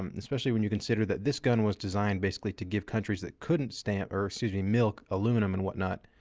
um especially when you consider that this gun was designed basically to give countries that couldn't stamp, or excuse me, milk aluminum and whatnot,